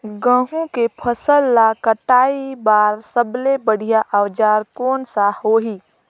गहूं के फसल ला कटाई बार सबले बढ़िया औजार कोन सा होही?